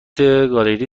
گالری